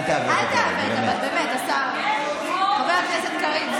אל תעוות, חבר הכנסת קריב.